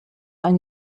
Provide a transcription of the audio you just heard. ein